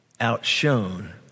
outshone